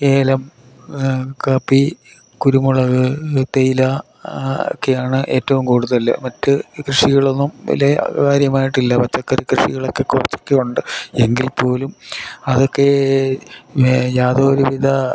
ഏലം കാപ്പി കുരുമുളക് തേയില ഒക്കെയാണ് ഏറ്റവും കൂടുതൽ മറ്റു കൃഷികളൊന്നും വലിയ കാര്യമായിട്ടില്ല പച്ചക്കറി കൃഷികളൊക്കെ കുറച്ചൊക്കെയുണ്ട് എങ്കിൽപ്പോലും അതൊക്കെ യാതൊരുവിധ